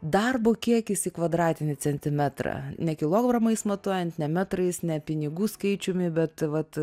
darbo kiekis į kvadratinį centimetrą ne kilogramais matuojant ne metrais ne pinigų skaičiumi bet vat